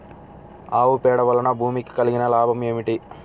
ఆవు పేడ వలన భూమికి కలిగిన లాభం ఏమిటి?